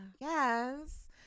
yes